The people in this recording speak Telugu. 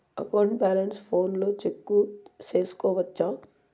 అకౌంట్ బ్యాలెన్స్ ఫోనులో చెక్కు సేసుకోవచ్చా